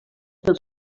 dels